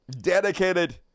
dedicated